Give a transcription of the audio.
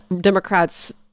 Democrats